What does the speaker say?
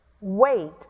wait